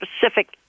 specific